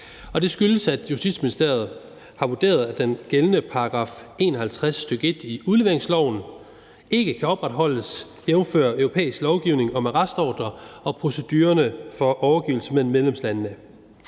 Det skyldes, at Justitsministeriet har vurderet, at den gældende § 51, stk. 1, i udleveringsloven ikke kan opretholdes, jævnfør europæisk lovgivning om arrestordre og procedurer for overgivelse mellem medlemslandene.